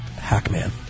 Hackman